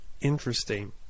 Interesting